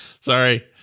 Sorry